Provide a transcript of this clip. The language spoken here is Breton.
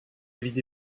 evit